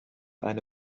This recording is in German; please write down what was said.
eine